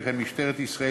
שכן משטרת ישראל,